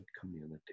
community